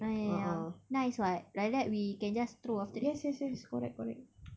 ah ya ya ya nice what like that we can just throw after that